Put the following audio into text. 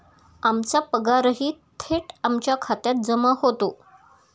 आमचा पगारही थेट आमच्या खात्यात जमा होतो